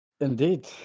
Indeed